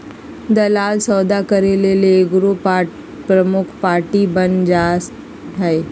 दलाल सौदा करे ले एगो प्रमुख पार्टी बन जा हइ